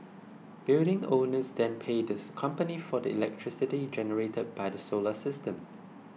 building owners then pay this company for the electricity generated by the solar system